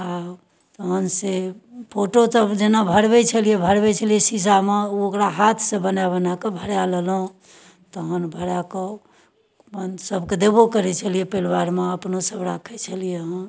आओर तहन से फोटोसब जेना भरबै छलियै भरबै छलियै शीशामे ओकरा हाथसँ बना बना कऽ भरा लेलहुँ तहन भराकऽ अपन सबकेँ देबो करै छलियै परिवारमे अपनो सब राखय छलियै हँ